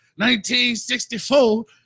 1964